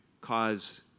cause